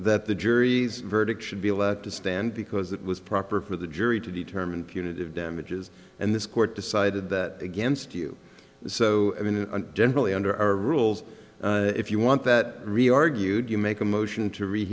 that the jury's verdict should be allowed to stand because it was proper for the jury to determine punitive damages and this court decided that against you so i mean generally under our rules if you want that really argued you make a motion to re